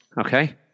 okay